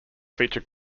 feature